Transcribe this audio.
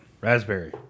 Raspberry